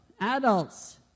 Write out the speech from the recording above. adults